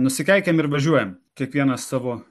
nusikeikiam ir važiuojam kiekvienas savo